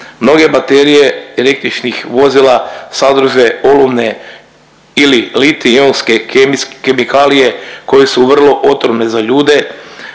Mnoge baterije električnih vozila sadrže olovne ili litij-ionske kemikalije koje su vrlo otrovne za ljude,